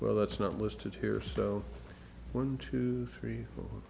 well that's not listed here so one two three